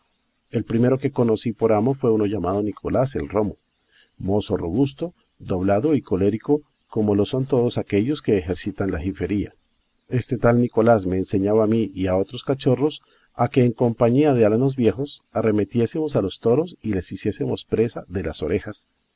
el primero que conocí por amo fue uno llamado nicolás el romo mozo robusto doblado y colérico como lo son todos aquellos que ejercitan la jifería este tal nicolás me enseñaba a mí y a otros cachorros a que en compañía de alanos viejos arremetiésemos a los toros y les hiciésemos presa de las orejas